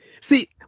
See